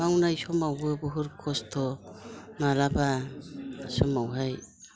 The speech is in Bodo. मावनाय समावबो बहुद खस्थ' माब्लाबा समावहाय